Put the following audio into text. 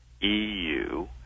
EU